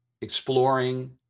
exploring